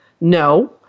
no